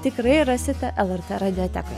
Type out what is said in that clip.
tikrai rasite lrt radiotekoje